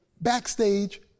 backstage